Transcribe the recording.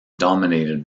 dominated